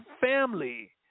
family